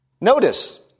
Notice